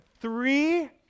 three